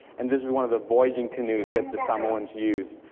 and this is one of the voyaging canoes that the samoans use.